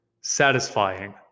satisfying